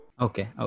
Okay